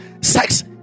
sex